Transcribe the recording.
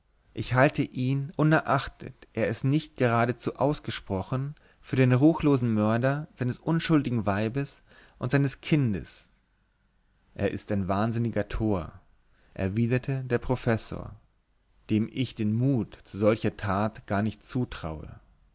ich halte ihn unerachtet er es nicht geradezu ausgesprochen für den ruchlosen mörder seines unschuldigen weibes und seines kindes es ist ein wahnsinniger tor erwiderte der professor dem ich den mut zu solcher tat gar nicht zutraue